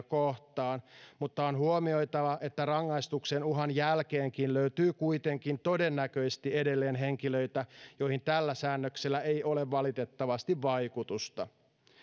kohtaan mutta on huomioitava että rangaistuksen uhan jälkeenkin löytyy kuitenkin todennäköisesti edelleen henkilöitä joihin tällä säännöksellä ei ole valitettavasti vaikutusta